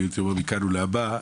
הייתי אומר שמכאן ולהבא,